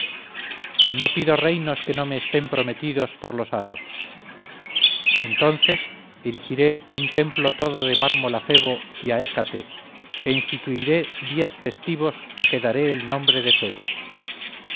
no pido reinos que no me estén prometidos por los hados entonces erigiré un templo todo de mármol a febo y a hécate e instituiré días festivos a que daré el nombre de